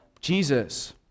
Jesus